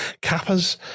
cappers